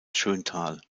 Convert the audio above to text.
schöntal